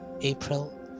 april